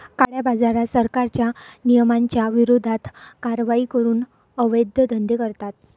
काळ्याबाजारात, सरकारच्या नियमांच्या विरोधात कारवाई करून अवैध धंदे करतात